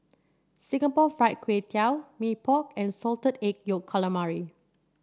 Singapore Fried Kway Tiao Mee Pok and Salted Egg Yolk Calamari